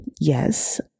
Yes